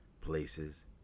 places